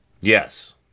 Yes